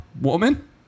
woman